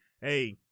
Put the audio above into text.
hey